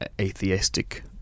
atheistic